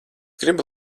gribu